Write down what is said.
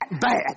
bad